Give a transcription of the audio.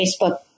Facebook